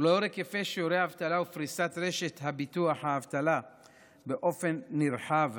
ולאור היקפי שיעורי האבטלה ופריסת רשת ביטוח האבטלה באופן נרחב